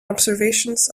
observations